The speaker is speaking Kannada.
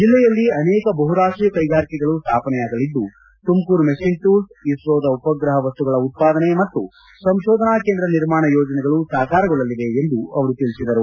ಜಿಲ್ಲೆಯಲ್ಲಿ ಅನೇಕ ಬಹುರಾಷ್ಟೀಯ ಕೈಗಾರಿಕೆಗಳು ಸ್ಥಾಪನೆಯಾಗಲಿದ್ದು ತುಮಕೂರು ಮೆಷಿನ್ ಟೂಲ್ಸ್ ಇಸೋದ ಉಪ್ರಪ ವಸ್ತುಗಳ ಉತ್ಪಾದನೆ ಮತ್ತು ಸಂಶೋಧನಾ ಕೇಂದ್ರ ನಿರ್ಮಾಣ ಯೋಜನೆಗಳು ಸಾಕಾರಗೊಳ್ಳಲಿವೆ ಎಂದು ಅವರು ಹೇಳಿದರು